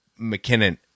McKinnon